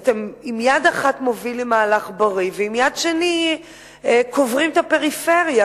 ואתם ביד אחת מובילים מהלך בריא וביד שנייה קוברים את הפריפריה,